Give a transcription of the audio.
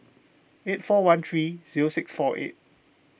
eight four one three zero six four eight